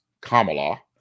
Kamala